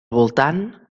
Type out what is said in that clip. voltant